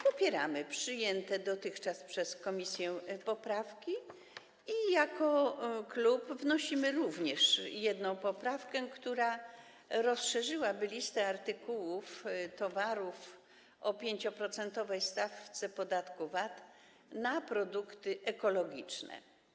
Popieramy przyjęte dotychczas przez komisję poprawki i jako klub wnosimy jedną poprawkę, która rozszerzyłaby listę artykułów, towarów objętych 5-procentową stawką podatku VAT o produkty ekologiczne.